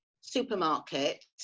supermarket